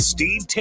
Steve